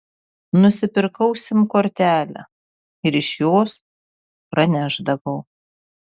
nusipirkau sim kortelę ir iš jos pranešdavau